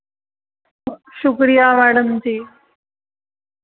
शुक्रिया मैडम जी